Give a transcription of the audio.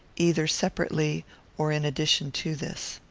either separately or in addition to this.